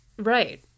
right